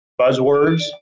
buzzwords